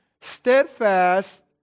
steadfast